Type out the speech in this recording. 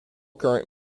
current